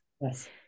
Yes